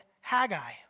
Haggai